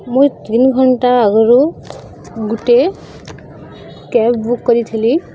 ମୁଇଁ ତିନି ଘଣ୍ଟା ଆଗରୁ ଗୁଟେ କ୍ୟାବ୍ ବୁକ୍ କରିଥିଲି